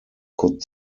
could